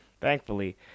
Thankfully